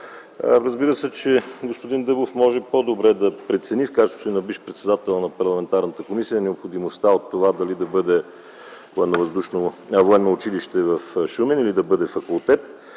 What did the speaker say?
Разбира се, че господин Дъбов може по-добре да прецени в качеството си на бивш председател на парламентарната комисия необходимостта от това дали да бъде военно училище в Шумен или да бъде факултет.